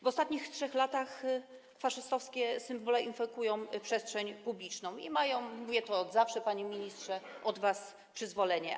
W ostatnich 3 latach faszystowskie symbole infekują przestrzeń publiczną i mają - mówię to od zawsze, panie ministrze - od was przyzwolenie.